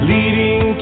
Leading